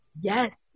Yes